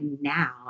now